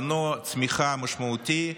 מנוע צמיחה משמעותי,